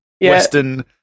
Western